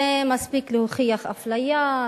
זה מספיק להוכיח אפליה,